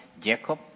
Jacob